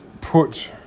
put